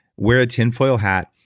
wear a tin foil hat,